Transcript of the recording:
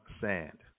sand